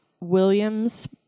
williams